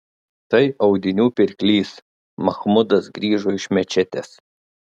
tai audinių pirklys machmudas grįžo iš mečetės